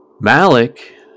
Malik